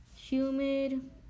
humid